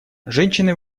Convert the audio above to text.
женщины